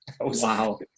Wow